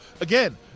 again